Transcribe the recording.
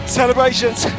celebrations